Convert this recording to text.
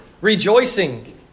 rejoicing